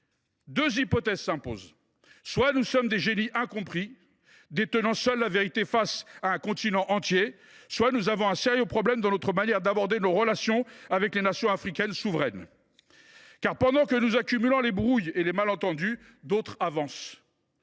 Deux hypothèses s’imposent : soit nous sommes des génies incompris, détenant seuls la vérité face à un continent entier, soit nous avons un sérieux problème dans notre manière d’aborder nos relations avec les nations africaines souveraines. Pendant que nous accumulons les brouilles et les malentendus, d’autres pays avancent.